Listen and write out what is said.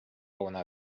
una